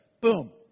boom